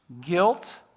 Guilt